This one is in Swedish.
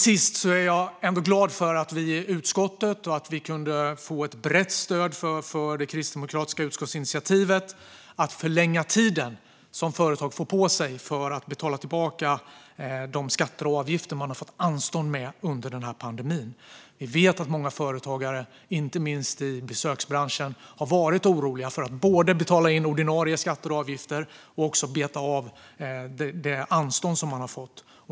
Slutligen är jag ändå glad för att vi i utskottet kunde få ett brett stöd för det kristdemokratiska utskottsinitiativet om att förlänga den tid som företagen får på sig för att betala tillbaka de skatter och avgifter de har fått anstånd med under pandemin. Vi vet att många företagare, inte minst i besöksbranschen, har varit oroliga för att behöva både betala in ordinarie skatter och avgifter och beta av det anstånd som de har fått.